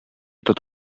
tot